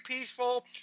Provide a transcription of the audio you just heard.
peaceful